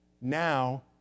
now